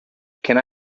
can